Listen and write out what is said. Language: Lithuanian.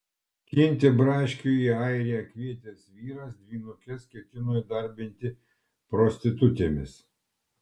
skinti braškių į airiją kvietęs vyras dvynukes ketino įdarbinti prostitutėmis